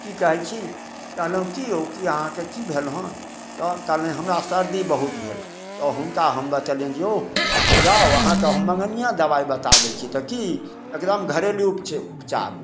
कि कहै छी कहलहुँ कि अहाँकेँ कि भेल हँ तऽ कहलनि हमरा सरदी बहुत भेल तऽ हुनका हम बतेलिअनि जे यौ जाउ अहाँकेँ हम मँगनिआँ दवाइ बता दै छी तऽ कि एकदम घरेलू उप उपचार